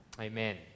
Amen